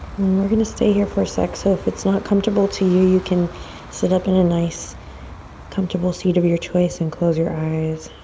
we're gonna stay here for a sec so if it's not comfortable to you, you can sit up in a nice comfortable seat of your choice and close your eyes.